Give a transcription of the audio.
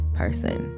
person